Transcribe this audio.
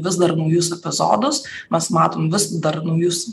vis dar naujus epizodus mes matom vis dar naujus